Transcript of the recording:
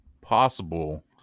possible